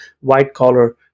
white-collar